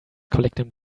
collecting